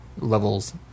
levels